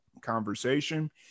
conversation